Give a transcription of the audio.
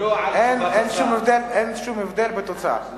אין שום הבדל בתוצאה.